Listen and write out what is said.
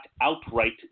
outright